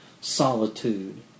solitude